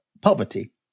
poverty